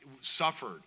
suffered